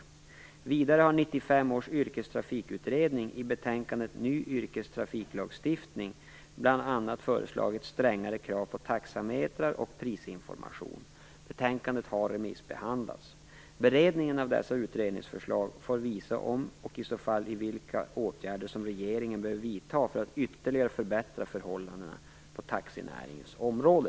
Vidare har 1995 års yrkestrafikutredning i betänkandet Ny yrkestrafiklagstiftning bl.a. föreslagit strängare krav på taxametrar och prisinformation. Betänkandet har remissbehandlats. Beredningen av dessa utredningsförslag får visa om och i så fall vilka åtgärder som regeringen behöver vidta för att ytterligare förbättra förhållandena på taxinäringens område.